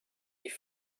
die